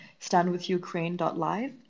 standwithukraine.live